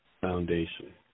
Foundation